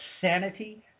sanity